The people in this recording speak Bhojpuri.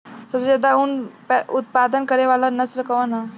सबसे ज्यादा उन उत्पादन करे वाला नस्ल कवन ह?